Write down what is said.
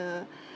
the